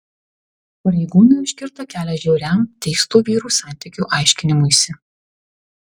pareigūnai užkirto kelią žiauriam teistų vyrų santykių aiškinimuisi